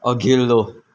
अघिल्लो